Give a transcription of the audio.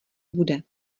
bude